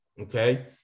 okay